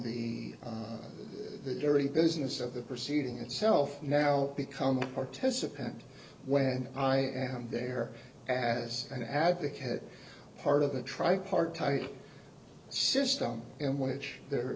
the dirty business of the proceeding itself now become a participant when i am there as an advocate part of the tripartite system in which there